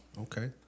Okay